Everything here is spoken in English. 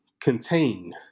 contain